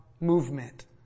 movement